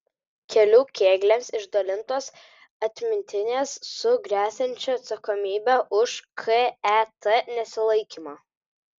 kelių kėgliams išdalintos atmintinės su gresiančia atsakomybe už ket nesilaikymą